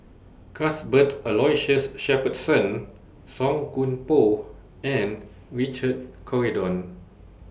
Cuthbert Aloysius Shepherdson Song Koon Poh and Richard Corridon